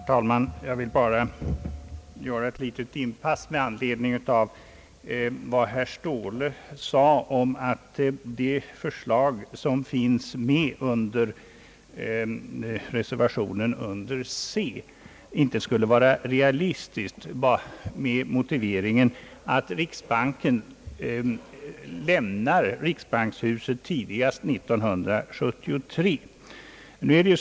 Herr talman! Jag vill bara göra ett litet inpass med anledning av vad herr Ståhle sade om att förslaget i reservationen under C inte skulle vara realistiskt, med motiveringen att riksbanken lämnar riksbankshuset tidigast 1973.